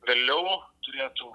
vėliau turėtų